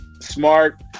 smart